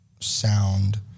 sound